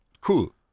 cool